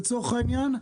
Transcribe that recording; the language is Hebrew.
לצורך העניין,